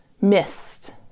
missed